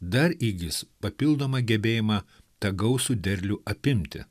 dar įgis papildomą gebėjimą tą gausų derlių apimti